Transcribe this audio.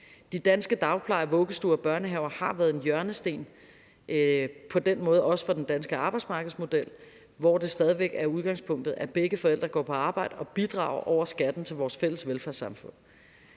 De danske dagplejer, vuggestuer og børnehaver har på den måde været en hjørnesten, også for den danske arbejdsmarkedsmodel, hvor det stadig væk er udgangspunktet, at begge forældre går på arbejde og bidrager over skatten til vores fælles velfærdssamfund.